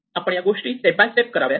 आपण या गोष्टी स्टेप बाय स्टेप कराव्यात